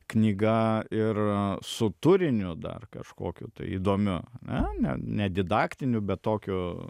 knyga ir su turiniu dar kažkokiu įdomiu na ne didaktiniu bet tokiu